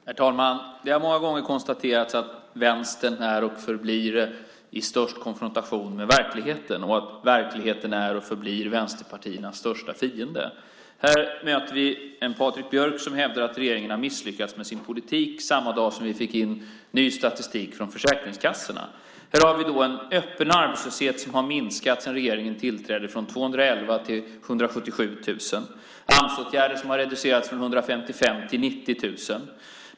Herr talman! Det har många gånger konstaterats att vänstern är och förblir i störst konfrontation med verkligheten och att verkligheten är och förblir vänsterpartiernas största fiende. Här möter vi en Patrik Björck som hävdar att regeringen har misslyckats med sin politik samma dag som vi fick in ny statistik från försäkringskassorna. Öppen arbetslöshet har minskat sedan regeringen tillträdde från 211 000 till 177 000. Amsåtgärder har reducerats från 155 000 till 90 000.